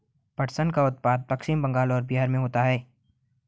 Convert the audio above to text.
पटसन का उत्पादन पश्चिम बंगाल और बिहार में होता है